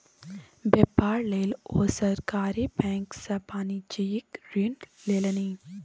बेपार लेल ओ सरकारी बैंक सँ वाणिज्यिक ऋण लेलनि